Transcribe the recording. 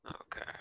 Okay